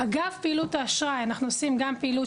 אגב פעילות האשראי אנחנו עושים גם פעילות